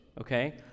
okay